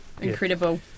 Incredible